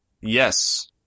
yes